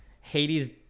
Hades